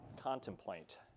contemplate